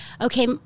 okay